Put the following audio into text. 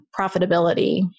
profitability